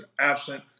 absent